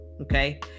Okay